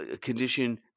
condition